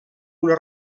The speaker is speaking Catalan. una